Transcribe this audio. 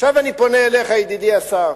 עכשיו אני פונה אליך, ידידי השר.